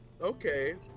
Okay